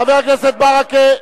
חבר הכנסת ברכה,